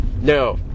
No